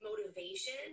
motivation